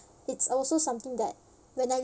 it's also something that when I